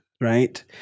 right